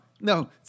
no